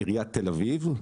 עיריית תל אביב.